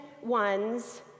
ones